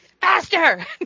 Faster